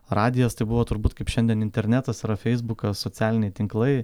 radijas tai buvo turbūt kaip šiandien internetas yra feisbukas socialiniai tinklai